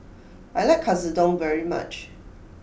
I like Katsudon very much